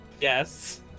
Yes